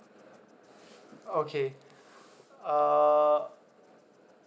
okay uh